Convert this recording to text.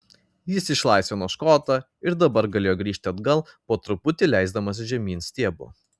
jis išlaisvino škotą ir dabar galėjo grįžti atgal po truputį leisdamasis žemyn stiebu